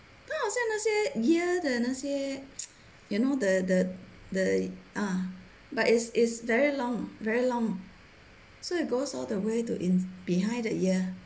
他好像那些 ear 的那些 you know the the the ah but it's is very long very long so it goes all the way to in behind the ear